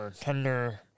tender